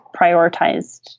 prioritized